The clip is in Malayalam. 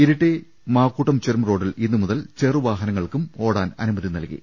ഇരിട്ടി മാക്കൂട്ടം ചുർം റോഡിൽ ഇന്നുമുതൽ ചെറു വാഹന ങ്ങൾക്കും ഓടാൻ അനുമതി നൽകി